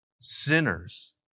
sinners